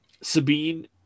Sabine